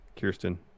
Kirsten